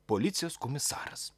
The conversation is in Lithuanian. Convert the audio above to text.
policijos komisaras